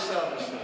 יש שר, יש שר.